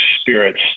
spirits